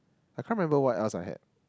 I can't remember what else I had